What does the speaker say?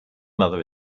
mother